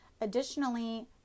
Additionally